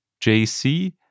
JC